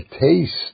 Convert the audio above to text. taste